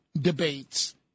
debates